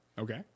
Okay